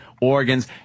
organs